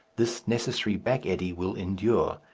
this necessary back eddy will endure.